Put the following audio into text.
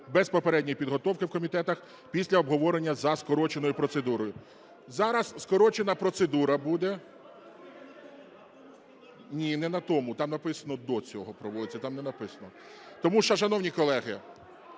без попередньої підготовки в комітетах після обговорення за скороченою процедурою. Зараз скорочена процедура буде. (Шум у залі) Ні, не на тому, там написано до цього проводиться, там не написано. Тому, шановні колеги,